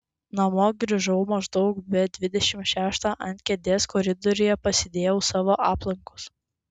namo grįžau maždaug be dvidešimt šeštą ant kėdės koridoriuje pasidėjau savo aplankus